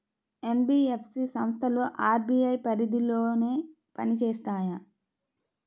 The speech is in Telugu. ఎన్.బీ.ఎఫ్.సి సంస్థలు అర్.బీ.ఐ పరిధిలోనే పని చేస్తాయా?